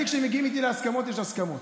אני, כשמגיעים איתי להסכמות, יש הסכמות.